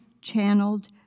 channeled